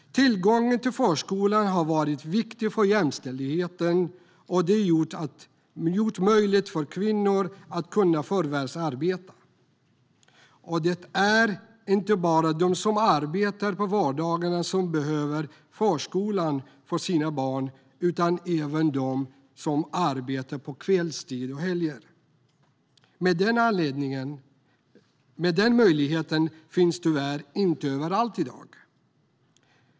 Tillgången till förskola har varit viktig för jämställdheten och gjort det möjligt för kvinnor att förvärvsarbeta. Det är inte bara de som arbetar på vardagar som behöver förskolan för sina barn utan även de som arbetar kvällstid och helger. Men den möjligheten finns tyvärr inte överallt.